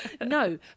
no